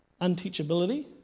unteachability